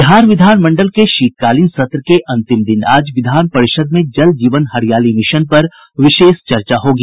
बिहार विधानमंडल के शीतकालीन सत्र के अंतिम दिन आज विधान परिषद में जल जीवन हरियाली मिशन पर विशेष चर्चा होगी